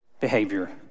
behavior